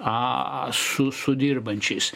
a su su dirbančiais